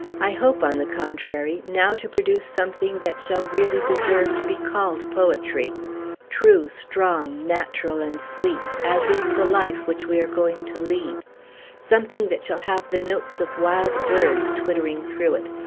i hope, on the contrary, now to produce something that shall really deserve to be called poetry true, strong, natural, and sweet, as is the life which we are going to lead something that shall have the notes of wild birds twittering through it,